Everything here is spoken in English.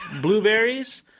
blueberries